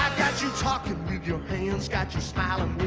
got you talking with your hands, got you smiling